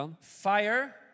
Fire